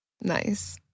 Nice